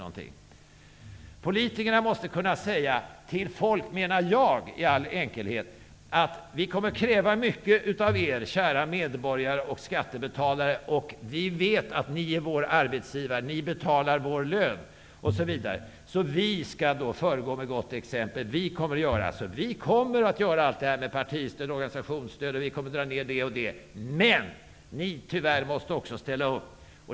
I all min enkelhet menar jag att politiker måste kunna säga till folk: Vi kommer att kräva mycket av er, kära medborgare och skattebetalare. Vi vet att ni är vår arbetsgivare. Ni betalar vår lön. Därför skall vi föregå med gott exempel. Vi kommer att dra ned på partistöd och organisationsstöd och annat, men också ni måste tyvärr ställa upp.